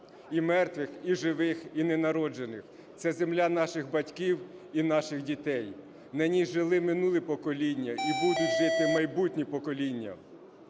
і мертвих, і живих, і ненароджених, це земля наших батьків і наших дітей, на ній жили минулі покоління і будуть жити майбутні покоління.